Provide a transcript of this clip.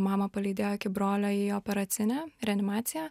mamą palydėjo iki brolio į operacinę reanimaciją